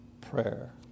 prayer